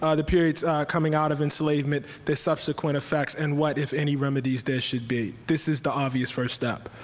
ah the periods coming out of enslavement, their subsequent effects and what, if any remedies there should be. this is the obvious first step.